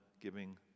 giving